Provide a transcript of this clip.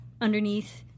underneath